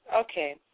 Okay